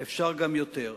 אפשר יותר.